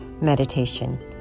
meditation